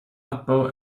abbau